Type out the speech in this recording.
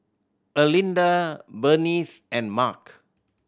Erlinda Berenice and Mark